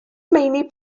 meini